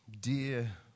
dear